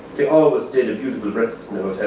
they always did a beautiful breakfast